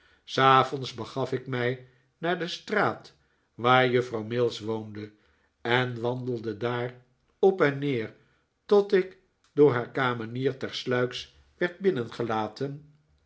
s avonds begaf ik mij naar de straat waar juffrouw mills woonde en wandelde daar op en neer tot ik door haar kamenier tersluiks werd binnengelaten